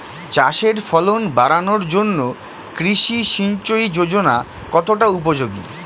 চাষের ফলন বাড়ানোর জন্য কৃষি সিঞ্চয়ী যোজনা কতটা উপযোগী?